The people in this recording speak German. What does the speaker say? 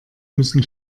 müssen